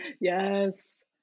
Yes